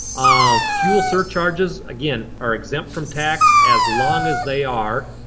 um fuel surcharges, again, are exempt from tax as long as they are,